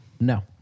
No